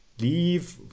leave